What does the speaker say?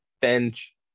bench